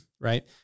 right